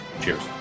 Cheers